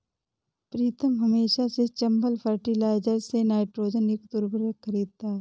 प्रीतम हमेशा से चंबल फर्टिलाइजर्स से नाइट्रोजन युक्त उर्वरक खरीदता हैं